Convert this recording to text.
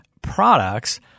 products